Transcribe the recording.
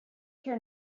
here